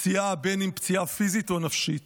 פציעה, בין אם פציעה פיזית או נפשית,